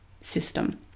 system